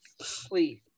please